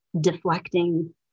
deflecting